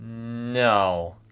No